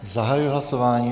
Zahajuji hlasování.